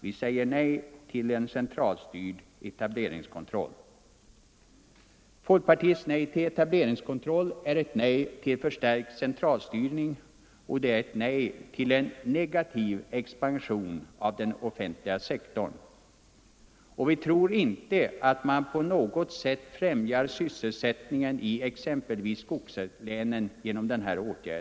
Vi säger nej till en centralt styrd etableringskontroll. Folkpartiets nej till etableringskontroll är ett nej. till förstärkt centralstyrning och det är ett nej till en negativ expansion av den offentliga sektorn, och vi tror inte att man genom denna åtgärd på något sätt främjar sysselsättningen i exempelvis skogslänen.